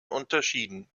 unterschieden